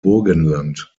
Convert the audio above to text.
burgenland